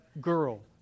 Girl